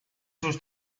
sus